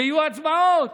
ויהיו הצבעות.